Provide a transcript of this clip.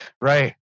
Right